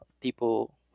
people